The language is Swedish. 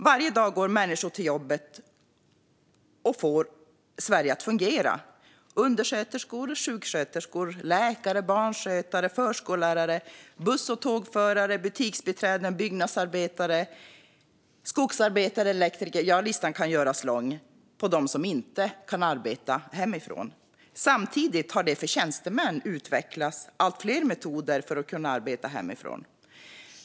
Varje dag går människor till jobbet och får Sverige att fungera: undersköterskor, sjuksköterskor, läkare, barnskötare, förskollärare, buss och tågförare, butiksbiträden, byggnadsarbete, skogsarbetare, elektriker - ja, listan på dem som inte kan arbeta hemifrån kan göras lång. Samtidigt har det för tjänstemän utvecklats allt fler metoder för att arbeta hemifrån.